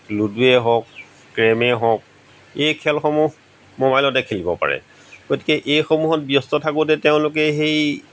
লুডুৱে হওক কেৰমে হওক এই খেলসমূহ ম'বাইলতে খেলিব পাৰে গতিকে এইসমূহত ব্যস্ত থাকোতে তেওঁলোকে সেই